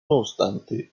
obstante